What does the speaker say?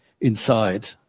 inside